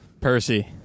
Percy